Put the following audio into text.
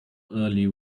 early